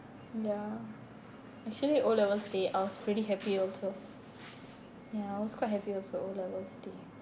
ya actually O levels they I was pretty happy also ya I was quite happy also O levels too